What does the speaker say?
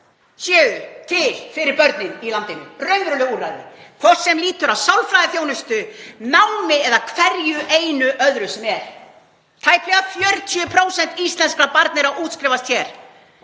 séu til fyrir börnin í landinu, raunveruleg úrræði hvort sem lýtur að sálfræðiþjónustu, námi eða hverju einu öðru sem er. Tæplega 40% íslenskra barna eru að útskrifast hér